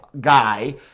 guy